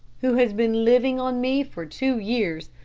who has been living on me for two years.